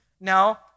now